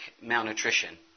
malnutrition